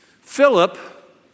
Philip